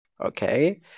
Okay